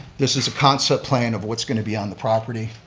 this is a concept plan of what's going to be on the property.